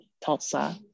Tulsa